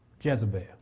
Jezebel